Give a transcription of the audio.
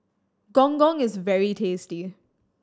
Gong Gong is very tasty